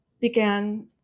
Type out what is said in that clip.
began